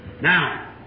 Now